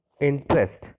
interest